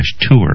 tour